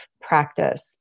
practice